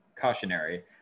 cautionary